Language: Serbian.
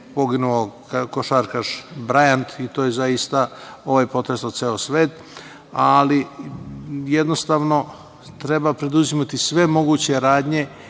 poginuo košarkaš Brajant i to je, zaista, potreslo ceo svet. Jednostavno, treba preduzimati sve moguće radnje